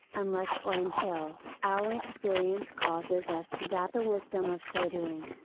unless or until, our experience causes us to doubt the wisdom of so doing.